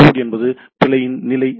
code என்பது பிழையின் நிலை